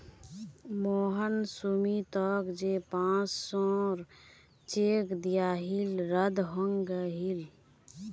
मोहन सुमीतोक जे पांच सौर चेक दियाहिल रद्द हंग गहील